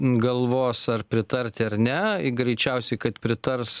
galvos ar pritarti ar ne ir greičiausiai kad pritars